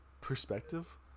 Perspective